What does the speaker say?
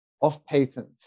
off-patent